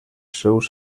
seus